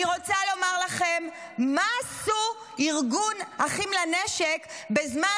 אני רוצה לומר לכם מה עשו ארגון אחים לנשק בזמן